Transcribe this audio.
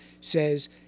says